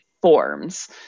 forms